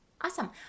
Awesome